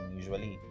usually